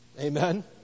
Amen